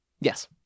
Yes